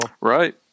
right